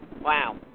Wow